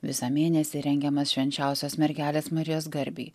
visą mėnesį rengiamas švenčiausios mergelės marijos garbei